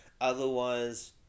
Otherwise